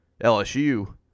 LSU